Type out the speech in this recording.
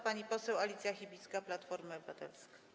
Pani poseł Alicja Chybicka, Platforma Obywatelska.